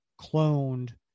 cloned